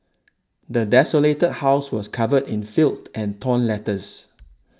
the desolated house was covered in filth and torn letters